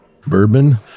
bourbon